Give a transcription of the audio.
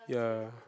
ya